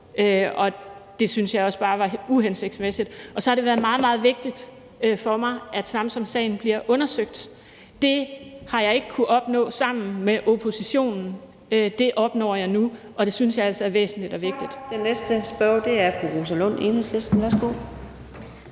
og det synes jeg også bare var uhensigtsmæssigt. Så har det også været meget, meget vigtigt for mig, at Samsamsagen bliver undersøgt. Det har jeg ikke kunnet opnå sammen med oppositionen, men det opnår jeg nu, og det synes jeg altså er væsentligt og vigtigt.